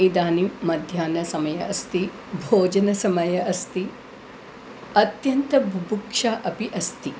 इदानीं मध्याह्नसमये अस्ति भोजनसमये अस्ति अत्यन्त बुभुक्षा अपि अस्ति